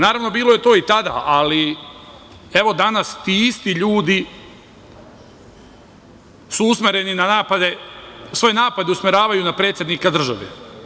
Naravno, bilo je to i tada, ali evo danas ti isti ljudi svoje napade usmeravaju na predsednika države.